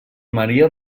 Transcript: maria